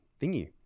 thingy